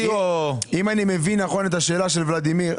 אם אני מבין נכון את השאלה של ולדימיר,